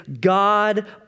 God